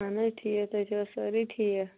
اہن حظ ٹھیٖک تُہۍ چھِو سٲری ٹھیٖک